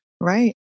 Right